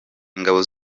ingabo